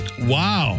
Wow